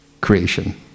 creation